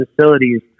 facilities